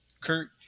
Kurt